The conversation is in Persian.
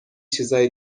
چیزای